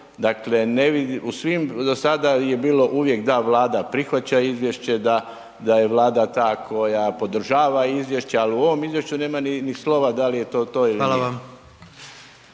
vidim, u svim do sada je bilo uvijek da Vlada prihvaća izvješće, da je Vlada ta koja podržava izvješće, ali u ovom izvješću nema ni slova da li je to to ili nije.